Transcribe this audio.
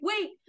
wait